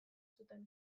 zuten